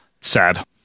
Sad